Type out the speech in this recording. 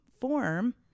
form